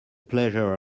pleasure